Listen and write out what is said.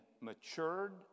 matured